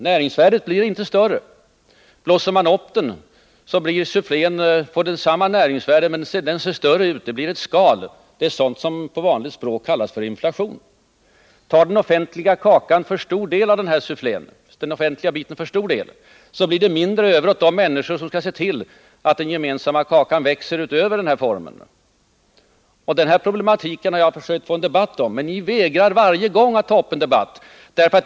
Om vi blåser upp den, har sufflén samma näringsvärde men ser större ut — den blir ett skal. Det är detta som på vanligt språk kallas inflation. Tar den offentliga sektorn för stor del av sufflén, blir det mindre över åt de människor som skall se till att suffléformen blir större. Denna problematik har jag försökt få en debatt om, men socialdemokraterna vägrar varje gång att ta upp debatten.